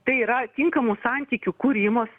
tai yra tinkamų santykių kūrimas